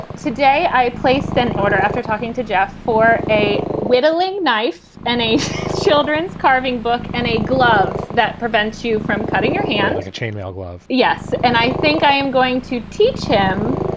today i placed an order after talking to jeff for a whitling knife and a children's carving book and a glove that prevents you from cutting your hand. there's a chainmail glove. yes. and i think i am going to teach him.